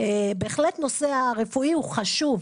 בהחלט הנושא הרפואי הוא חשוב.